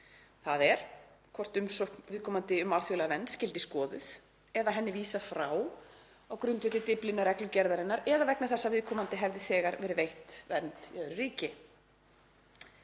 þ.e. hvort umsókn viðkomandi um alþjóðlega vernd skyldi skoðuð eða henni vísað frá á grundvelli Dyflinnarreglugerðarinnar eða vegna þess að viðkomandi hefði þegar verið veitt vernd í öðru ríki.